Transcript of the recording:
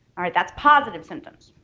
that's positive symptoms,